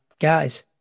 guys